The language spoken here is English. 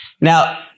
Now